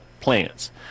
plants